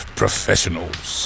professionals